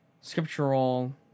scriptural